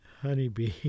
Honeybee